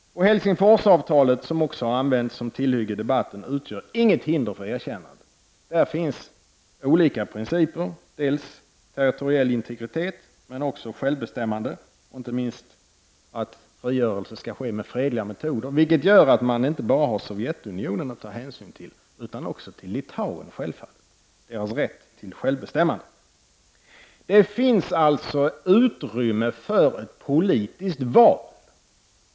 Helsingforsavtalet, som också har använts som tillhygge i debatten, utgör inget hinder för erkännande. Det finns olika principer, dels territoriell integritet, dels självbestämmande och inte minst att frigörelse skall ske med fredliga metoder, vilket gör att man inte bara har Sovjetunionen att ta hänsyn till utan självfallet också Litauen och landets rätt till självbestämmande. Det finns alltså utrymme för ett politiskt val från svensk sida.